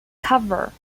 cover